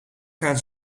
gaan